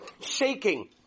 Shaking